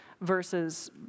versus